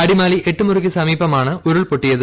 അടിമാലി എട്ടുമുറിക്കു സമീപമാണ് ഉരുൾപൊട്ടിയത്